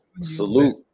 salute